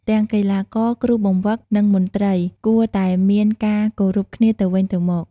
ទាំងកីឡាករ គ្រូបង្វឹក និងមន្ត្រី កួរតែមានការគោរពគ្នាទៅវិញទៅមក។